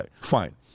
fine